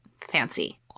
fancy